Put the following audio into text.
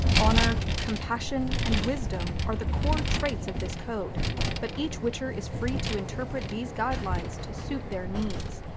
honor, compassion, and wisdom are the core traits of this code but each witcher is free to interpret these guidelines to suit their needs.